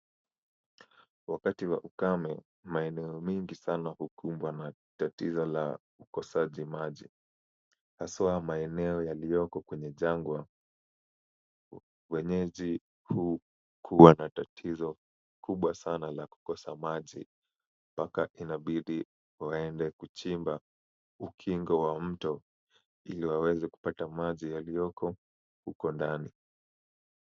Wakati wa ukame maeneo mingi sana hukumbwa na tatizo la kukosa maji haswa maeneo yaliyoko kwenye jangwa, wenyeji hukua na tatizo kubwa sana la kukosa maji mpaka inabidi waende kuchimba ukingo wa mto ili waweze kupata maji yaliyoko huko ndani.